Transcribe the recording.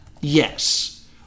Yes